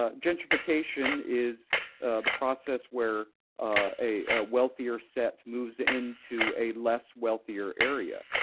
ah gentrification is the process where a wealthier set moves into a less wealthier area.